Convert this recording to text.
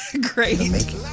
Great